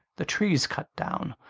the trees cut down,